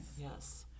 Yes